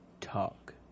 talk